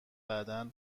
بعدا